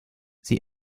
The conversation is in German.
sie